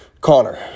Connor